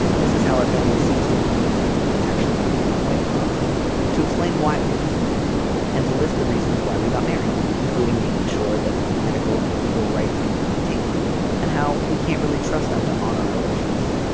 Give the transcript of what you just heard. this is how our family seems to communicate when we actually want to get a point across to explain why we're disappointed and to list the reasons why we got married including making sure that medical and legal rights could be maintained and how we can't really trust them to honor our wishes.